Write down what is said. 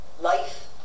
life